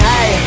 Hey